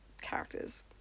characters